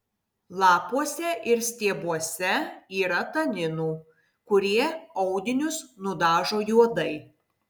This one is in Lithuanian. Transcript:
lapuose ir stiebuose yra taninų kurie audinius nudažo juodai